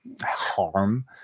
harm